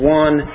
one